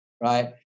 Right